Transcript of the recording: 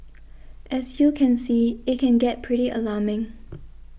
as you can see it can get pretty alarming